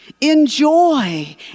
Enjoy